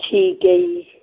ਠੀਕ ਹੈ ਜੀ